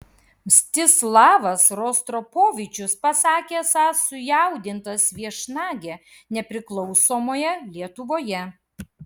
mstislavas rostropovičius pasakė esąs sujaudintas viešnage nepriklausomoje lietuvoje